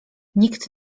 nikt